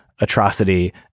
atrocity